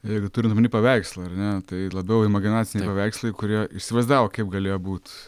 jeigu turint omeny paveikslą ar ne tai labiau imaginaciniai paveikslai kurie įsivaizdavo kaip galėjo būt